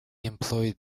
employed